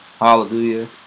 Hallelujah